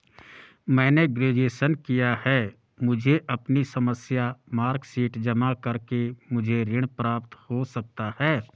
मैंने ग्रेजुएशन किया है मुझे अपनी समस्त मार्कशीट जमा करके मुझे ऋण प्राप्त हो सकता है?